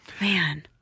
Man